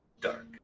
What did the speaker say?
dark